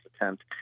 attempt